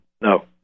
No